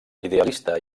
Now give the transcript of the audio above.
idealista